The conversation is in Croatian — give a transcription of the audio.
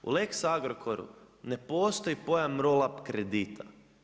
U lex Agrokoru ne postoji pojam roll up kredita.